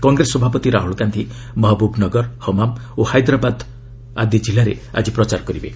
କଂଗ୍ରେସ ସଭାପତି ରାହୁଲ୍ ଗାନ୍ଧି ମହବୁବ୍ନଗର ହମାମ୍ ଓ ହାଇଦ୍ରାବାଦ ଆଦି କିଲ୍ଲାରେ ଆଜି ପ୍ରଚାର କରିବେ